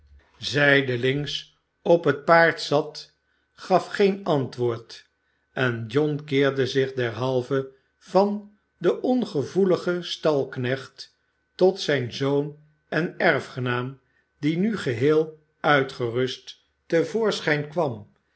zijdelings op het barnaby rudge i barnaby rudge paard zat gaf geen antwoord en john keerde zicn derhalve van den ongevoeligen stalknecht tot zijn zoon en erfgenaam die nu geheel uitgerust te voorschijn kwam